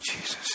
Jesus